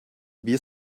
wir